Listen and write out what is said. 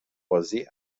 boisées